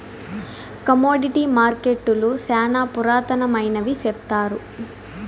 commodity మార్కెట్టులు శ్యానా పురాతనమైనవి సెప్తారు